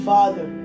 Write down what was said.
Father